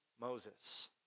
Moses